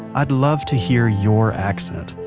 i'd love to hear your accent.